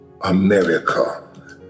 America